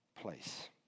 place